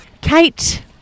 Kate